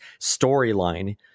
storyline